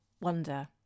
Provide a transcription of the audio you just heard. wonder